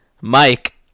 mike